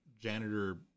janitor